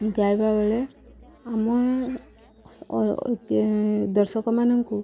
ଗାଇବା ବେଳେ ଆମ ଦର୍ଶକମାନଙ୍କୁ